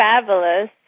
fabulous